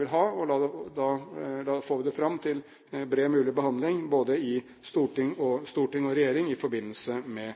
vil ha. Da får vi det fram til en bred behandling i både storting og regjering i forbindelse med